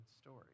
story